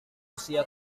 usia